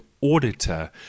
auditor